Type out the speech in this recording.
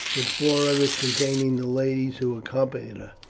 with four others containing the ladies who accompanied her.